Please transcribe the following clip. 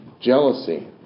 jealousy